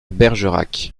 bergerac